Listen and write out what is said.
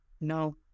No